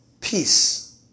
peace